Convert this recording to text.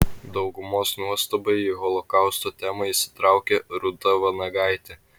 daugumos nuostabai į holokausto temą įsitraukė rūta vanagaitė